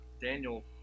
Daniel